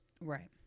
Right